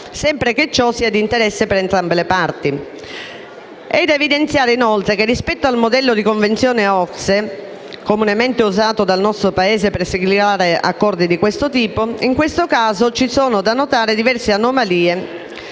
sempre che ciò sia di interesse per entrambe le parti? È da evidenziare inoltre che rispetto al modello di Convenzione OCSE, comunemente usato dal nostro Paese per siglare accordi di questo tipo, in questo caso ci sono da notare diverse anomalie,